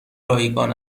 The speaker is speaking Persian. رایگان